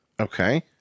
Okay